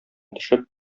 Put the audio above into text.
төшеп